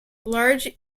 large